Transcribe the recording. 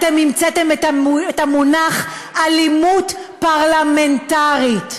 אתם המצאתם את המונח אלימות פרלמנטרית.